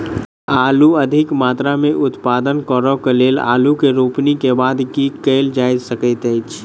आलु अधिक मात्रा मे उत्पादन करऽ केँ लेल आलु केँ रोपनी केँ बाद की केँ कैल जाय सकैत अछि?